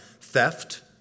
theft